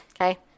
Okay